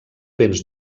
vents